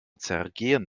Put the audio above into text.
zergehen